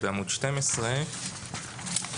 בעמוד 12,